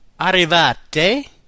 arrivate